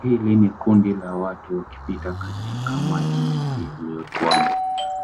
Hili ni kundi la watu wakipita katika maji mengi yaliyotuama.